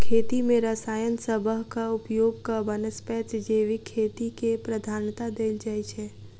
खेती मे रसायन सबहक उपयोगक बनस्पैत जैविक खेती केँ प्रधानता देल जाइ छै